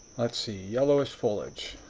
let's see yellowish foliage.